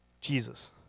Jesus